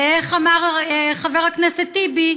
ואיך אמר חבר הכנסת טיבי?